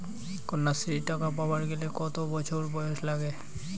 কন্যাশ্রী টাকা পাবার গেলে কতো বছর বয়স লাগে?